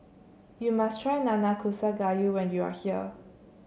you must try Nanakusa Gayu when you are here